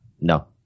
no